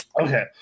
Okay